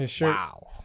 Wow